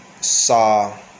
saw